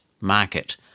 market